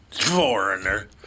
Foreigner